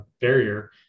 barrier